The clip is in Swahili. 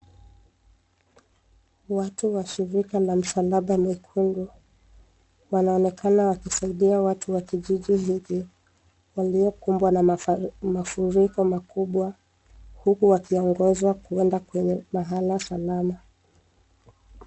Watu wa shirika la Msalaba Mwekundu wanaonekana wakisaidia watu wa kijiji hiki waliokumbwa na mafuriko makubwa huku wakiongozwa kwenda kwenye mahala salama.